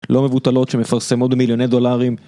לא מבוטלות, שמפרסם עוד מיליוני דולרים